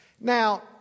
Now